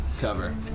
cover